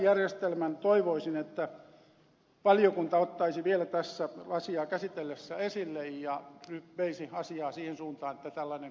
toivoisin että valiokunta ottaisi vielä asiaa käsiteltäessä esille tällaisen järjestelmän ja veisi asiaa siihen suuntaan että tällainen saataisiin aikaan